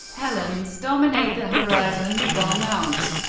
helens dominate the horizon, while mt.